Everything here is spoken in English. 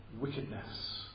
wickedness